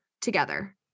together